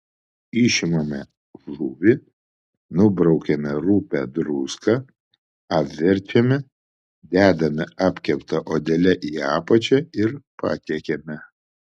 išimame žuvį nubraukiame rupią druską apverčiame dedame apkepta odele į apačią ir patiekiame